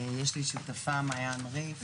יש לי שותפה, מעיין ריף.